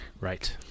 Right